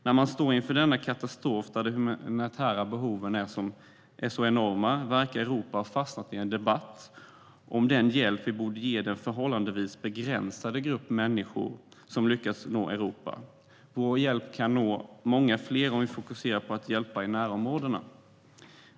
När man står inför denna katastrof, där de humanitära behoven är enorma, verkar Europa ha fastnat i en debatt om den hjälp vi borde ge den förhållandevis begränsade grupp människor som har lyckats nå Europa. Vår hjälp kan nå många fler om vi fokuserar på att hjälpa i närområdena.